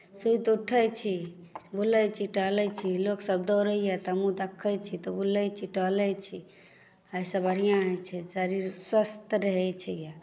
सुति उठैत छी बुलैत छी टहलैत छी लोकसभ दौड़ैए तऽ हमहूँ देखैत छी बुलैत छी टहलैत छी एहिसँ बढ़िआँ होइत छै शरीर स्वस्थ रहैत छै यए